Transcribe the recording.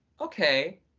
okay